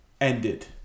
ended